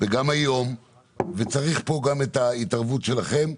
וגם היום, וצריך פה גם את ההתערבות שלכם.